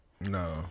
No